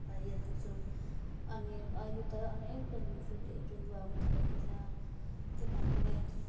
सफाई राख्छौँ अनि अहिले त अनेक थोक झुसुलेहरू आउनथालेको छ त्यही कारणले